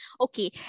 okay